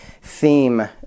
theme